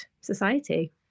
society